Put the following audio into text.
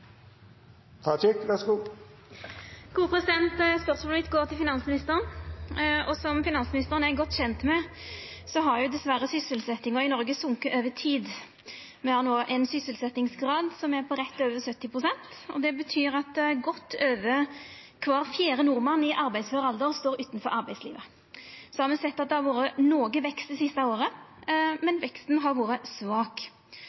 Spørsmålet mitt går til finansministeren. Som finansministeren er godt kjend med, har dessverre sysselsetjinga i Noreg sokke over tid. Me har no ein sysselsetjingsgrad som er på rett over 70 pst., og det betyr at godt over kvar fjerde nordmann i arbeidsfør alder står utanfor arbeidslivet. Me har sett at det har vore noko vekst det siste